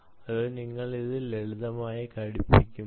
അതോ നിങ്ങൾ ഇത് ലളിതമായി ഘടിപ്പിക്കുമോ